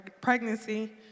pregnancy